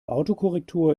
autokorrektur